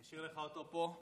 אני משאיר לך אותו פה,